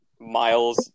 Miles